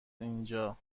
اینجا